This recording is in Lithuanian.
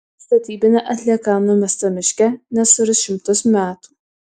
statybinė atlieka numesta miške nesuirs šimtus metų